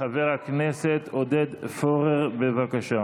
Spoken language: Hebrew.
חבר הכנסת עודד פורר, בבקשה.